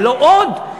ולא עוד,